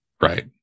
right